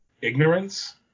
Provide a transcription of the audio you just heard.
ignorance